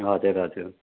हजुर हजुर